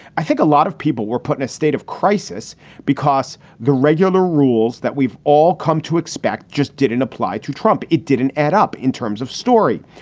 i think a lot of people were put in a state of crisis because the regular rules that we've all come to expect just didn't apply to trump. it didn't add up in terms of story.